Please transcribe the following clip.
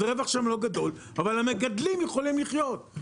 אז הרווח שם לא גדול אבל המגדלים יכולים לחיות.